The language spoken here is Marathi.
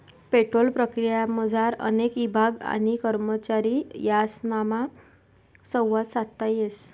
पेट्रोल प्रक्रियामझार अनेक ईभाग आणि करमचारी यासनामा संवाद साधता येस